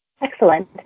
Excellent